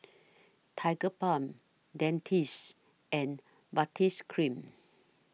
Tigerbalm Dentiste and Baritex Cream